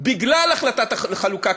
בגלל החלטת החלוקה,